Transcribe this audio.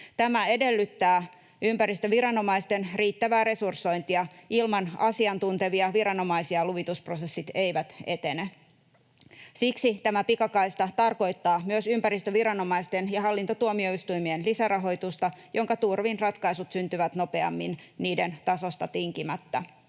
Tämä edellyttää ympäristöviranomaisten riittävää resursointia. Ilman asiantuntevia viranomaisia luvitusprosessit eivät etene. Siksi tämä pikakaista tarkoittaa myös ympäristöviranomaisten ja hallintotuomioistuimien lisärahoitusta, jonka turvin ratkaisut syntyvät nopeammin niiden tasosta tinkimättä.